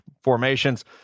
formations